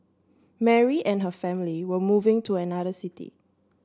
Mary and her family were moving to another city